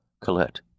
Colette